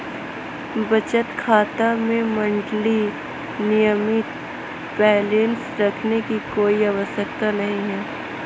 बचत खाता में मंथली मिनिमम बैलेंस रखने की कोई आवश्यकता नहीं है